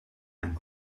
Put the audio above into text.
and